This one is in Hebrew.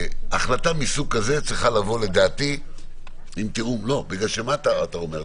החלטה מסוג כזה צריכה לבוא לדעתי כי מה אתה אומר?